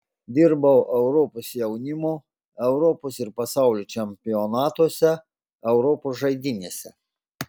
dirbau europos jaunimo europos ir pasaulio čempionatuose europos žaidynėse